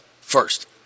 First